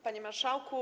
Panie Marszałku!